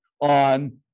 on